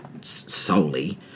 solely